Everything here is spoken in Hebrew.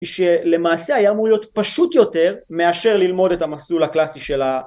כשלמעשה היה אמור להיות פשוט יותר מאשר ללמוד את המסלול הקלאסי של ה...